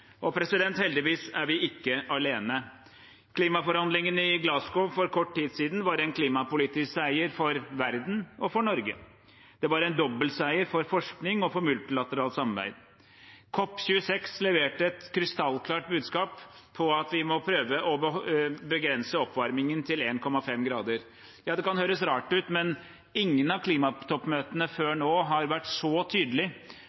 Heldigvis er vi ikke alene. Klimaforhandlingene i Glasgow for kort tid siden var en klimapolitisk seier for verden og for Norge. Det var en dobbeltseier for forskning og for multilateralt samarbeid. COP26 leverte et krystallklart budskap om at vi må prøve å begrense oppvarmingen til 1,5 grader. Det kan høres rart ut, men ingen av klimatoppmøtene før